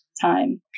time